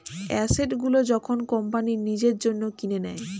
asset গুলো যখন company নিজের জন্য কিনে নেয়